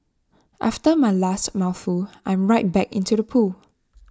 after my last mouthful I'm right back into the pool